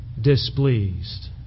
displeased